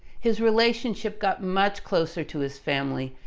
his relationship got much closer to his family,